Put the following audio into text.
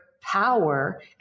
power